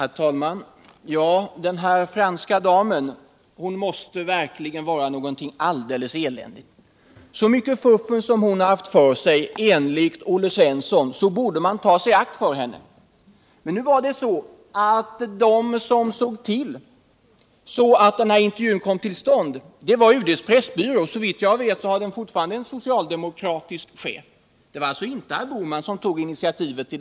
Herr talman! Den här franska damen måste verkligen vara någonting alldeles särdeles. Med tanke på allt fuffens som hon har haft för sig — enligt Olle Svensson — borde man ta sig i akt för henne. Men de som såg till att intervjun blev av var UD:s pressbyrå. Såvitt jag vet har den fortfarande en socialdemokratisk chef. Det var alltså inte herr Bohman som tog initiativet.